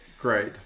Great